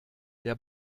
der